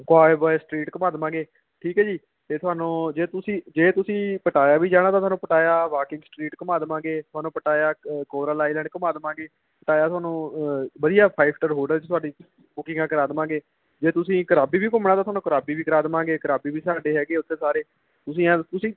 ਕੋਆਏਬੁਆਏ street ਘੁੰਮਾ ਦੇਵਾਂਗੇ ਠੀਕ ਹੈ ਜੀ ਅਤੇ ਤੁਹਾਨੂੰ ਜੇ ਤੁਸੀਂ ਜੇ ਤੁਸੀਂ ਪਟਾਇਆ ਵੀ ਜਾਣਾ ਤਾਂ ਤੁਹਾਨੂੰ ਪਟਾਇਆ ਵਾਕਿੰਗ ਸਟਰੀਟ ਘੁਮਾ ਦੇਵਾਂਗੇ ਤੁਹਾਨੂੰ ਪਟਾਇਆ ਕੋਰਲ ਆਈਲੈਂਡ ਘੁਮਾ ਦੇਵਾਂਗੇ ਪਟਾਇਆ ਤੁਹਾਨੂੰ ਵਧੀਆ ਫਾਈਵ ਸਟਾਰ ਹੋਟਲ 'ਚ ਤੁਹਾਡੀ ਬੁਕਿੰਗਾਂ ਕਰਵਾ ਦੇਵਾਂਗੇ ਜੇ ਤੁਸੀਂ ਕਰਾਬੀ ਵੀ ਘੁੰਮਣਾ ਤਾਂ ਤੁਹਾਨੂੰ ਕਰਾਬੀ ਵੀ ਕਰਵਾ ਦੇਵਾਂਗੇ ਕਰਾਬੀ ਵੀ ਸਾਡੇ ਹੈਗੇ ਉੱਧਰ ਸਾਰੇ ਤੁਸੀਂ ਐਂ ਦ ਤੁਸੀਂ